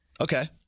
Okay